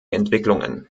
entwicklungen